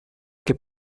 que